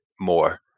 more